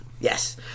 Yes